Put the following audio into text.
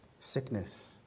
sickness